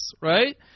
right